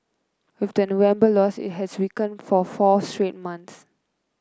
with the November loss it has weakened for four straight months